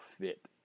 fit